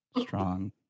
strong